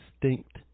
distinct